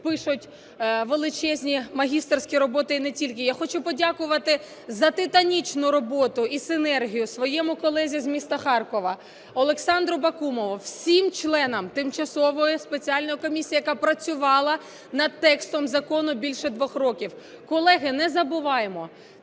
пишуть величезні магістерські роботи і не тільки. Я хочу подякувати за титанічну роботу і синергію своєму колезі з міста Харкова Олександру Бакумову, всім членам тимчасової спеціальної комісії, яка працювала над текстом закону більше двох років. Колеги, не забуваймо,